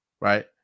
right